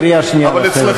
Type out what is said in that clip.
קריאה שנייה לסדר.